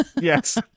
yes